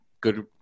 good